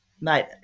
mate